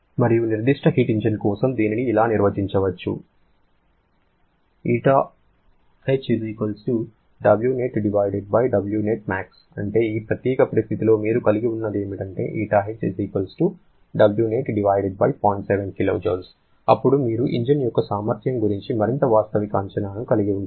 మరియు నిర్దిష్ట heat engine కోసం దీనిని ఇలా నిర్వచించవచ్చు అంటే ఈ ప్రత్యేక పరిస్థితిలో మీరు కలిగి వున్నదేమిటంటే అప్పుడు మీరు ఇంజిన్ యొక్క సామర్థ్యం గురించి మరింత వాస్తవిక అంచనాను కలిగి ఉంటారు